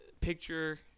picture